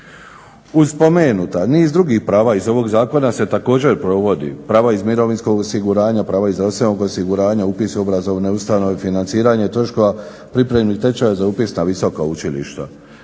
Uz spomenuta, niz drugih prava iz ovog zakona se također provode, prava iz mirovinskog osiguranja, prava iz zdravstvenog osiguranja, upis u obrazovne ustanove, financiranje troškova pripremnih tečajeva za upis na visoka učilišta.